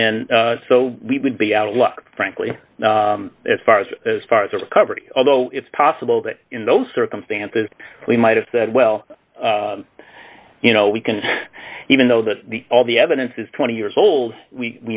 and so we would be out of luck frankly as far as as far as a recovery although it's possible that in those circumstances we might have said well you know we can even though the all the evidence is twenty years old we